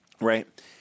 right